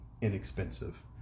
inexpensive